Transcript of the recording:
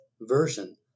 version